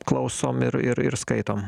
klausom ir ir ir skaitom